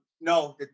No